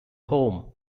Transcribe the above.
home